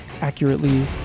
accurately